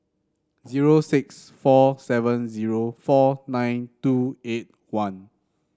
zero six four seven zero four nine two eight one